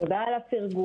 תודה על הפרגון.